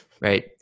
right